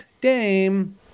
dame